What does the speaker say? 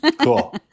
cool